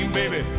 baby